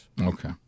Okay